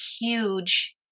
huge